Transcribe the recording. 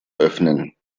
öffnen